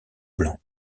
blancs